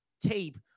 tape